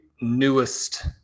newest